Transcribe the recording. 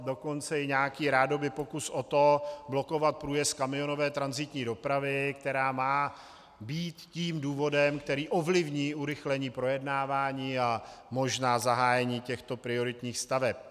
Dokonce i nějaký rádobypokus o to blokovat průjezd kamionové tranzitní dopravy, která má být tím důvodem, který ovlivní urychlení projednávání a možná zahájení těchto prioritních staveb.